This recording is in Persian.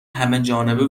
همهجانبه